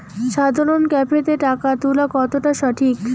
সাধারণ ক্যাফেতে টাকা তুলা কতটা সঠিক?